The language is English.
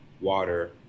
Water